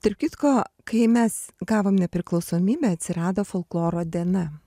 tarp kitko kai mes gavom nepriklausomybę atsirado folkloro diena